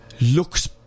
Looks